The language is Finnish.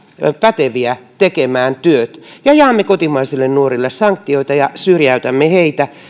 päteviä tekemään työt ja jaamme kotimaisille nuorille sanktioita ja syrjäytämme heitä